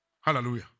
Hallelujah